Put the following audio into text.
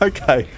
Okay